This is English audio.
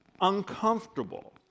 uncomfortable